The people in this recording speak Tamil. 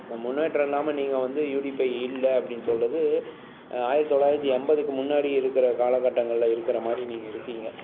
இந்த முன்னேற்றம் இல்லாமல் நீங்கள் வந்து யூடிபிஐ இல்லை அப்படின்னு சொல்றது ஆயிரத்தி தொளாயிரத்தி எண்பதுக்கு முன்னாடி இருக்கிற காலகட்டங்களில் இருக்கிற மாதிரி நீங்கள் இருக்கீங்க